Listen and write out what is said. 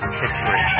history